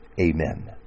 amen